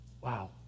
Wow